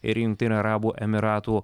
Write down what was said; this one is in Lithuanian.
ir jungtinių arabų emyratų